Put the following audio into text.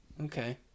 okay